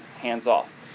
hands-off